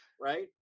right